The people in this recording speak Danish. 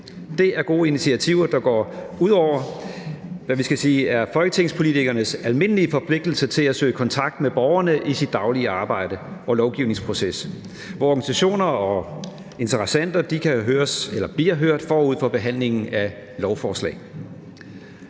Det er gode initiativer, der bevæger sig ud over folketingspolitikernes almindelige forpligtelse til at søge kontakt med borgerne i deres daglige arbejde og i forbindelse med lovgivningsprocessen, og hvor organisationer og interessenter bliver hørt forud for behandlingen af lovforslag.